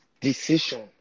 Decision